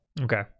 Okay